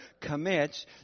commits